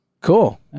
Cool